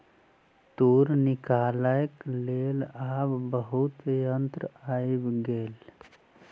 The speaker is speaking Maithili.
तूर निकालैक लेल आब बहुत यंत्र आइब गेल